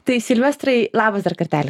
tai silvestrai labas dar kartelį